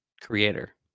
creator